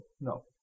No